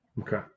Okay